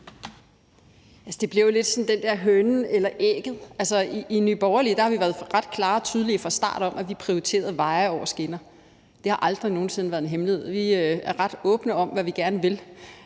lidt den med hønen eller ægget. I Nye Borgerlige har vi været ret klare og tydelige fra starten om, at vi prioriterer veje over skinner. Det har aldrig nogen sinde været en hemmelighed. Vi er ret åbne om, hvad vi gerne vil.